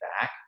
back